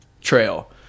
trail